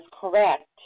correct